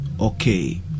Okay